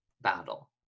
battle